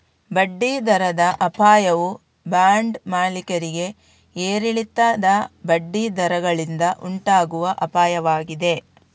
ಬಡ್ಡಿ ದರದ ಅಪಾಯವು ಬಾಂಡ್ ಮಾಲೀಕರಿಗೆ ಏರಿಳಿತದ ಬಡ್ಡಿ ದರಗಳಿಂದ ಉಂಟಾಗುವ ಅಪಾಯವಾಗಿದೆ